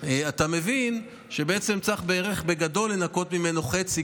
אתה מבין שבעצם צריך בגדול לנכות ממנו בערך חצי,